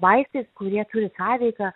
vaistai kurie turi sąveiką